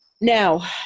Now